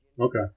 Okay